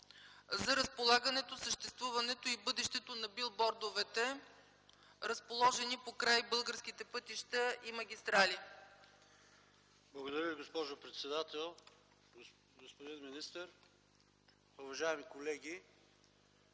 за разполагането, съществуването и бъдещето на билбордовете, разположени покрай българските пътища и магистрали. ПАВЕЛ ШОПОВ (Атака): Благодаря, госпожо председател. Господин министър, уважаеми колеги!